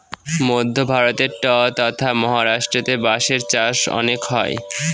মধ্য ভারতে ট্বতথা মহারাষ্ট্রেতে বাঁশের চাষ অনেক হয়